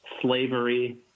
slavery